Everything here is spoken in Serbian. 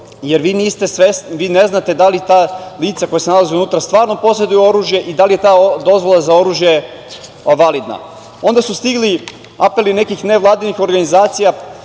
jer vi ne znate da li ta lica koja se nalaze unutra stvarno poseduju oružje i da li je ta dozvola za oružje validna. Onda su stigli apeli nekih nevladinih organizacija